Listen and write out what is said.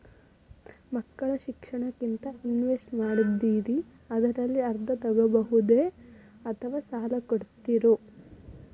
ಮಕ್ಕಳ ಶಿಕ್ಷಣಕ್ಕಂತ ಇನ್ವೆಸ್ಟ್ ಮಾಡಿದ್ದಿರಿ ಅದರಲ್ಲಿ ಅರ್ಧ ತೊಗೋಬಹುದೊ ಅಥವಾ ಸಾಲ ಕೊಡ್ತೇರೊ?